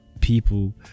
people